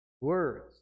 words